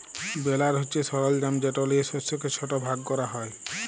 বেলার হছে সরলজাম যেট লিয়ে শস্যকে ছট ভাগ ক্যরা হ্যয়